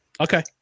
Okay